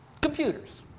computers